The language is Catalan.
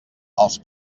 els